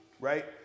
right